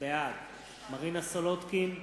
בעד מרינה סולודקין,